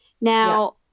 Now